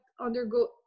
undergo